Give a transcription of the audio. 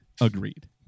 Agreed